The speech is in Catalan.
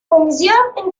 comissió